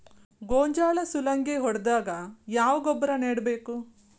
ಗೋಂಜಾಳ ಸುಲಂಗೇ ಹೊಡೆದಾಗ ಯಾವ ಗೊಬ್ಬರ ನೇಡಬೇಕು?